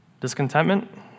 discontentment